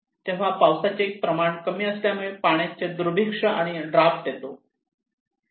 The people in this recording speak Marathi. तेव्हा पावसाचे कमी प्रमाण असल्यामुळे पाण्याचे दुर्भिक्ष आणि ड्राफ्ट येतो